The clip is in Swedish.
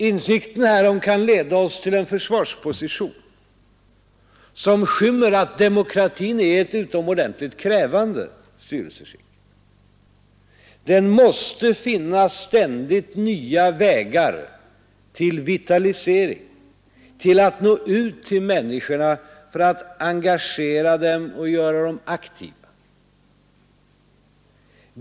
Insikten härom kan leda oss till en försvarsposition som skymmer att demokratin är ett utomordentligt krävande styrelseskick. Den måste finna ständigt nya vägar till vitalisering, till att nå ut till människorna för att engagera dem och göra dem aktiva.